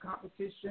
Competition